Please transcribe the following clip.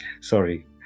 Sorry